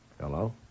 Hello